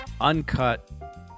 Uncut